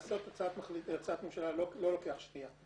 לעשות הצעת ממשלה לא לוקח שנייה.